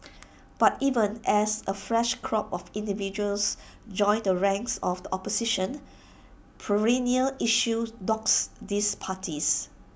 but even as A fresh crop of individuals joins the ranks of the opposition perennial issues dogs these parties